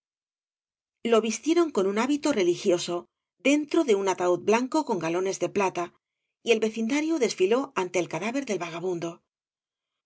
lo vistieron con un hábito religioso dentro de un ataúd blanco con galones de plata y el vecindario desfiló ante el cadáver del vagabundo